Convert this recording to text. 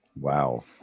Wow